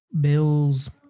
Bills